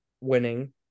winning